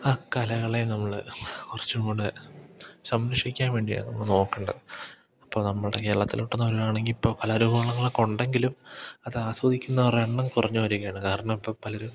ആ കലകളെ നമ്മൾ കുറച്ചും കൂടി സംരക്ഷിക്കാൻ വേണ്ടിയാണ് നമ്മൾ നോക്കേണ്ടത് അപ്പോൾ നമ്മുടെ കേരളത്തിലൊട്ടു നോക്കുകയാണെങ്കിലിപ്പം കലാരൂപങ്ങളൊക്കെ ഉണ്ടെങ്കിലും അതാസ്വദിക്കുന്നവരുടെ എണ്ണം കുറഞ്ഞു വരികയാണ് കാരണം ഇപ്പം പലരും